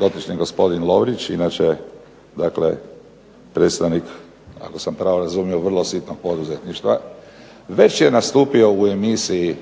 dotični gospodin Lovrić, inače dakle predstavnik ako sam pravo razumio vrlo sitnog poduzetništva, već je nastupio u emisiji